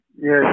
yes